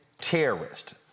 terrorist